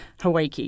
Hawaii